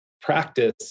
practice